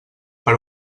per